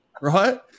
right